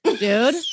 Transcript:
dude